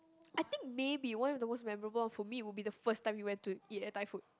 I think maybe one of the most memorable for me would be the first time we went to eat at Thai food